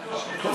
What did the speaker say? לא.